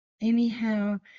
anyhow